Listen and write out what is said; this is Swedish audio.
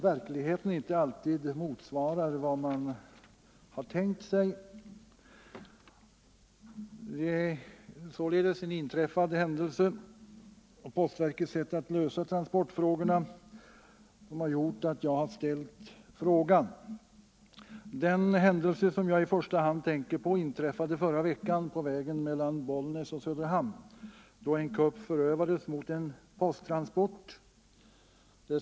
Verkligheten motsvarar dock inte alltid vad man har tänkt sig. Det är således en inträffad händelse och postverkets sätt att lösa transportproblemen som har gjort att jag har ställt frågan. Den händelse som jag i första hand tänker på inträffade förra veckan på vägen mellan Bollnäs och Söderhamn, då en kupp förövades mot en posttransport.